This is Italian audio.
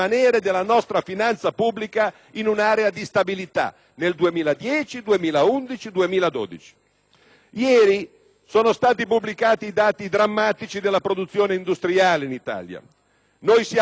Ieri sono stati pubblicati i dati drammatici della produzione industriale in Italia. Il nostro è un Paese manifatturiero, lo sapete, signori del Governo; lì c'è il nerbo della nostra capacità competitiva.